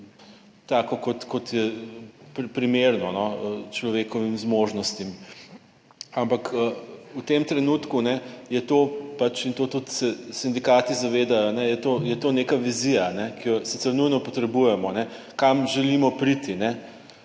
tako kot je primerno človekovim zmožnostim. Ampak v tem trenutku je to pač in to tudi sindikati zavedajo, je to, je to neka vizija, ki jo sicer nujno potrebujemo, kam želimo priti,